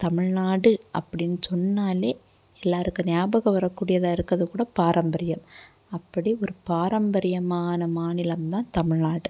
தமிழ்நாடு அப்படின்னு சொன்னாலே எல்லோருக்கும் ஞாபகம் வரக்கூடியதாக இருக்கிறது கூட பாரம்பரியம் அப்படி ஒரு பாரம்பரியமான மாநிலம் தான் தமிழ்நாடு